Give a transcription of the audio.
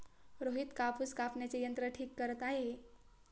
रोहित कापूस कापण्याचे यंत्र ठीक करत आहे